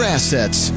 Assets